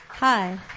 Hi